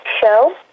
show